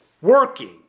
working